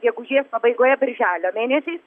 gegužės pabaigoje birželio mėnesiais